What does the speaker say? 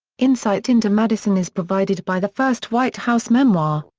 insight into madison is provided by the first white house memoir,